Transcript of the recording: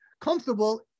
comfortable